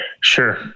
Sure